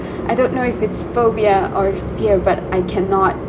I don't know if it's phobia or fear but I cannot